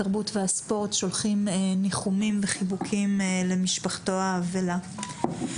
התרבות והספורט שולחים ניחומים וחיבוקים למשפחתו האבלה.